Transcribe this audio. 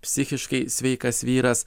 psichiškai sveikas vyras